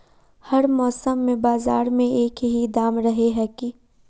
हर मौसम में बाजार में एक ही दाम रहे है की?